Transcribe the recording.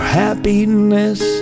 happiness